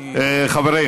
חברים.